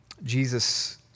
Jesus